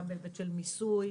גם בהיבט של מיסוי,